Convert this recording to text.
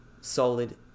solid